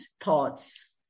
thoughts